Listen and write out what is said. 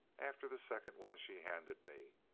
after the second one she handed me.